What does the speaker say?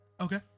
Okay